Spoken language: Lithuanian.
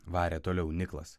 varė toliau niklas